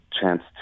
chance